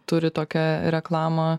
turi tokią reklamą